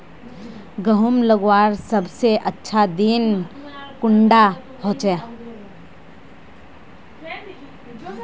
गहुम लगवार सबसे अच्छा दिन कुंडा होचे?